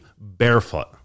barefoot